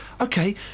Okay